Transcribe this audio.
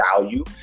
value